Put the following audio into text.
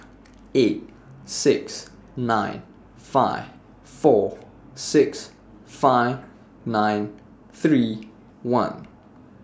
eight six nine five four six five nine three one